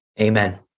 Amen